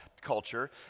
culture